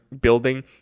building